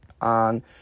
on